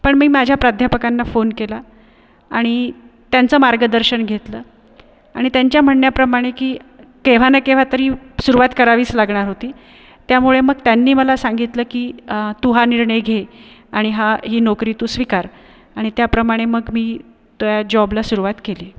पण मी माझ्या प्राध्यापकांना फोन केला आणि त्यांचं मार्गदर्शन घेतलं आणि त्यांच्या म्हणण्याप्रमाणे की केव्हा ना केव्हातरी सुरुवात करावीच लागणार होती त्यामुळे मग त्यांनी मला सांगितलं की तू हा निर्णय घे आणि हा ही नोकरी तू स्वीकार आणि त्याप्रमाणे मग मी त्या जॉबला सुरुवात केली